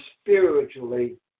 spiritually